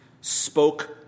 spoke